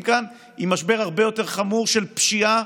כאן עם משבר הרבה יותר חמור של פשיעה,